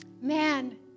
Man